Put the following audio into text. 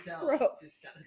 gross